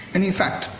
and, in fact,